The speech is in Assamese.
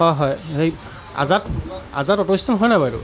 হয় সেই আজাদ আজাদ অট' ষ্টেচন হয় নাই বাৰু এইটো